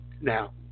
Now